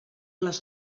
les